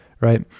right